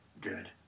good